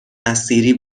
نصیری